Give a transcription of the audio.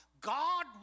God